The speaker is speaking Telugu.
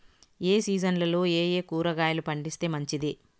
ఏ సీజన్లలో ఏయే కూరగాయలు పండిస్తే మంచిది